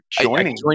joining